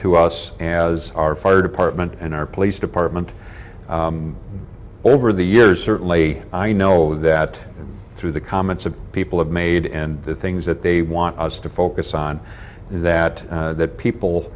and as our fire department and our police department over the years certainly i know that through the comments of people have made and the things that they want us to focus on that that people